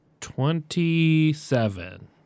Twenty-seven